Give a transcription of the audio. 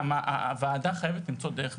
הוועדה חייבת למצוא דרך.